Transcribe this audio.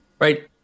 right